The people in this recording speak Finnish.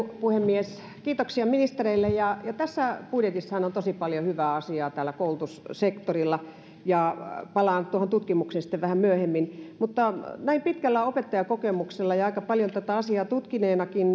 puhemies kiitoksia ministereille tässä budjetissahan on tosi paljon hyvää asiaa täällä koulutussektorilla ja palaan tuohon tutkimukseen sitten vähän myöhemmin mutta näin pitkällä opettajakokemuksella ja aika paljon tätä asiaa tutkineenakin